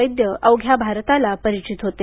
वैद्य अवघ्या भारताला परिचीत होते